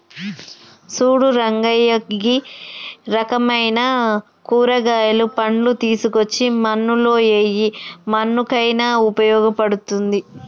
సూడు రంగయ్య గీ రకమైన కూరగాయలు, పండ్లు తీసుకోచ్చి మన్నులో ఎయ్యి మన్నుకయిన ఉపయోగ పడుతుంది